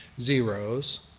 zeros